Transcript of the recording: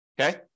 okay